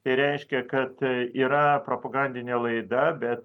tai reiškia kad yra propagandinė laida bet